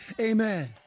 Amen